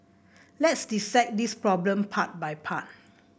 let's dissect this problem part by part